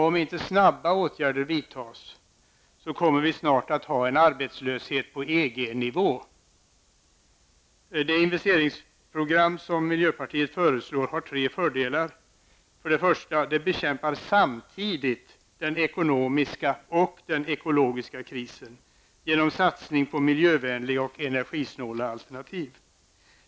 Om inte snabba åtgärder vidtas kommer vi snart att ha en arbetslöshet på EG-nivå. Det investeringsprogram som miljöpartiet föreslår har tre fördelar. För det första bekämpar det samtidigt den ekonomiska och den ekologiska krisen genom satsning på miljövänliga och energisnåla alternativ.